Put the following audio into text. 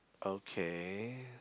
okay